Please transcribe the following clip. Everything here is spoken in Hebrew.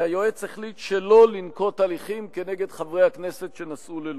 כי היועץ החליט שלא לנקוט הליכים כנגד חברי הכנסת שנסעו ללוב.